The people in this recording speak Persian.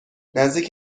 نزدیک